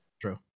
True